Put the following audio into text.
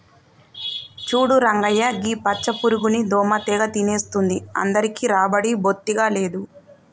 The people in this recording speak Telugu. చూడు రంగయ్య గీ పచ్చ పురుగుని దోమ తెగ తినేస్తుంది అందరికీ రాబడి బొత్తిగా లేదు